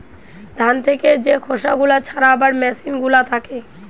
ধান থেকে যে খোসা গুলা ছাড়াবার মেসিন গুলা থাকে